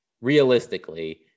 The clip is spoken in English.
realistically